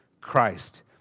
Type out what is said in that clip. Christ